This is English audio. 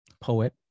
poet